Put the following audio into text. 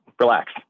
Relax